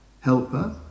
helper